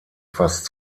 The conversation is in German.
fast